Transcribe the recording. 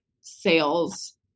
sales